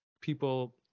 people